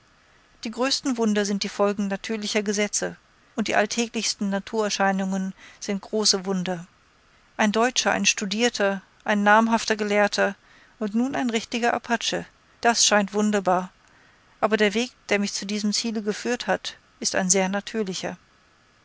die größten wunder sind die folgen natürlicher gesetze und die alltäglichsten naturerscheinungen sind große wunder ein deutscher ein studierter ein namhafter gelehrter und nun ein richtiger apache das scheint wunderbar aber der weg der mich zu diesem ziele geführt hat ist ein sehr natürlicher